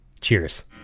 cheers